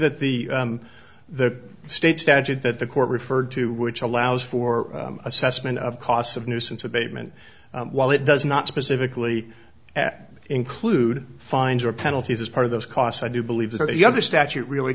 that the the state statute that the court referred to which allows for assessment of costs of nuisance abatement while it does not specifically at include fines or penalties as part of those costs i do believe that the younger statute really